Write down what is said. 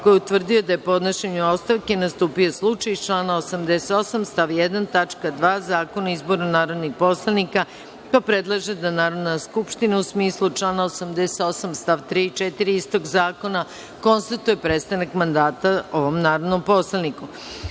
koji je utvrdio da je podnošenjem ostavke nastupio slučaj iz člana 88. stav 1. tačka 2) Zakona o izboru narodnih poslanika, pa predlaže da Narodna skupština u smislu člana 88. stav 3. i 4. istog zakona konstatuje prestanak mandata ovom narodnom poslaniku. Takođe,